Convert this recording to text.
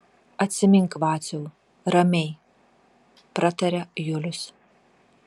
atsimink vaciau ramiai prataria julius